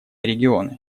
регионы